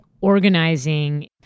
organizing